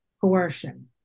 coercion